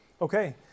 Okay